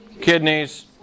kidneys